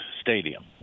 Stadium